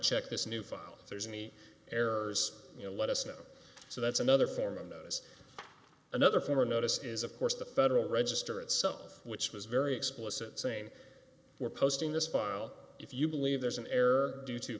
check this new file if there's any errors you know let us know so that's another form of notice another form or notice is of course the federal register itself which was very explicit same we're posting this file if you believe there's an error due to